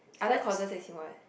other courses as in what